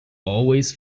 always